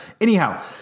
anyhow